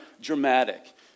dramatic